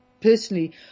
personally